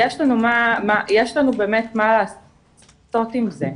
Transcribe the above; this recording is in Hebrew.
יש לנו באמת מה לעשות עם זה.